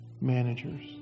managers